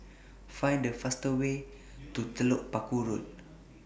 Find The fastest Way to Telok Paku Road